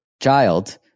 child